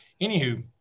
Anywho